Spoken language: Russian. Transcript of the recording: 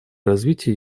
развития